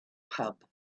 pub